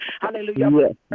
Hallelujah